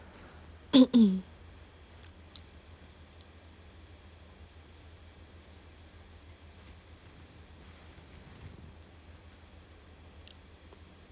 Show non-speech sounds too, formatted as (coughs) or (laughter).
(coughs)